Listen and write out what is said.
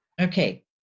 Okay